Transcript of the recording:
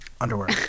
underwear